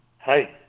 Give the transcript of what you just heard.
Hi